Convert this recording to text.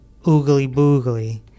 oogly-boogly